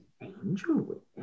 Angel